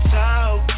talk